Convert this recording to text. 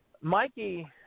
Mikey